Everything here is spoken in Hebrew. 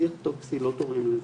שיח טוקסי לא תורם לזה.